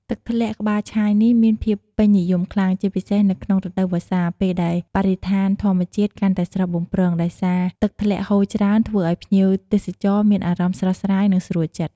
ទឹកធ្លាក់ក្បាលឆាយនេះ មានភាពពេញនិយមខ្លាំង ជាពិសេសនៅក្នុងរដូវវស្សា ពេលដែលបរិស្ថានធម្មជាតិកាន់តែស្រស់បំព្រង ដោយសារទឹកធ្លាក់ហូរច្រេីន ធ្វើឲ្យភ្ញៀវទេសចរមានអារម្មណ៍ស្រស់ស្រាយ និងស្រួលចិត្ត។